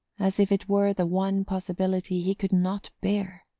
as if it were the one possibility he could not bear.